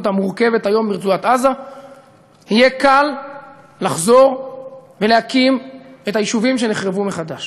המורכבת היום ברצועת-עזה יהיה קל לחזור ולהקים מחדש